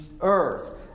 earth